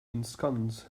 ensconce